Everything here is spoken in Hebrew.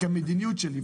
את המדיניות שלי,